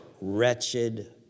wretched